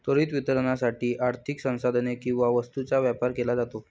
त्वरित वितरणासाठी आर्थिक संसाधने किंवा वस्तूंचा व्यापार केला जातो